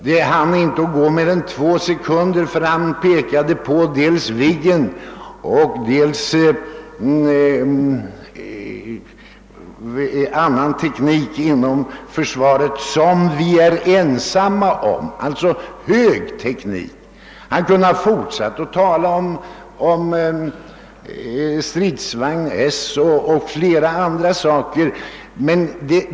Det hann inte gå mer än två sekunder förrän han pekade på dels Viggen, dels robotar och annan teknik inom försvaret som vi är ensamma om — alltså hög teknik. Han kunde ha fortsatt med att tala om stridsvagn S och flera andra saker.